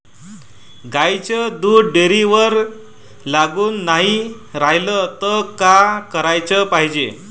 गाईचं दूध डेअरीवर लागून नाई रायलं त का कराच पायजे?